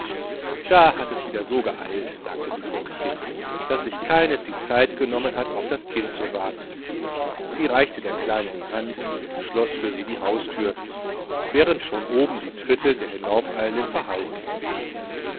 da hat es wieder so pressiert sagte sie vor sich hin daß sich keines die zeit genommen hat auf das kind zu warten und sie reichte ihm die hand und schloß für sie die haustüre während oben schon die tritte der hinauseilenden verhallten